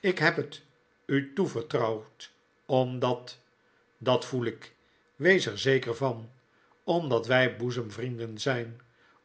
ik heb het u toevertrouwd omdat dat voel ik wees er zeker van omdat wg boezemvrienden zp